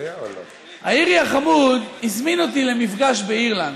האירי החמוד הזמין אותי למפגש באירלנד.